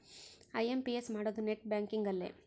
IMPS ಮಾಡೋದು net banking ಅಲ್ಲೆ